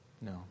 no